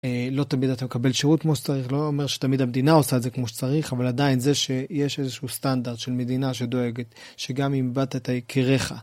לא תמיד אתה מקבל שירות כמו שצריך. לא אומר שתמיד המדינה עושה את זה כמו שצריך, אבל עדיין, זה שיש איזשהו סטנדרט של מדינה שדואגת, שגם אם איבדת את ה... יקריך.